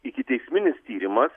ikiteisminis tyrimas